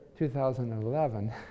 2011